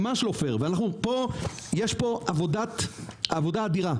יש פה עבודה אדירה,